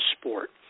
sport